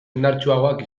indartsuagoak